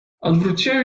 odwróciłem